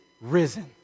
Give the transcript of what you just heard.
risen